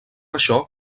això